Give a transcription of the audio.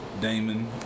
Damon